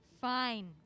Fine